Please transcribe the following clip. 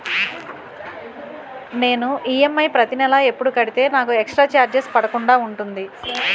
నేను ఈ.ఎం.ఐ ప్రతి నెల ఎపుడు కడితే నాకు ఎక్స్ స్త్ర చార్జెస్ పడకుండా ఉంటుంది?